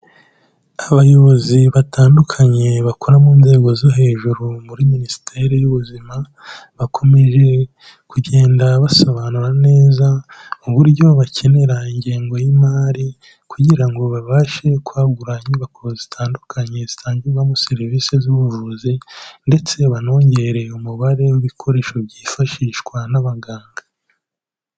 Abayobozi batandukanye bakora mu nzego zo hejuru muri Minisiteri y'Ubuzima, bakomeje kugenda basobanura neza uburyo bakenera ingengo y'imari kugira ngo babashe kwagura inyubako zitandukanye zitangirwamo serivise z'ubuvuzi ndetse banongere umubare w'ibikoresho byifashishwa n'abaganga.